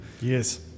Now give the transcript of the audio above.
Yes